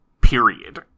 period